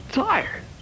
tired